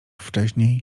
wcześniej